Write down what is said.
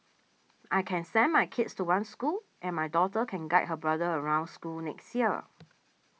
I can send my kids to one school and my daughter can guide her brother around school next year